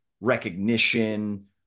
recognition